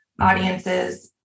audiences